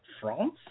France